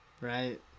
right